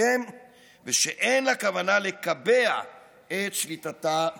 ובהסכם ושאין כוונה לקבע את שליטתה בפלסטינים.